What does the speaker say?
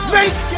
Make